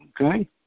Okay